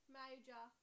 major